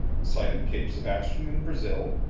sighted cape sebastian in brazil,